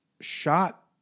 shot